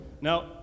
Now